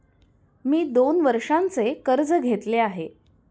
मी दोन वर्षांचे कर्ज घेतले आहे